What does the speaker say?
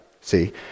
see